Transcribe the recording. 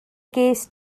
ges